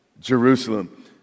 Jerusalem